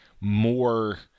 more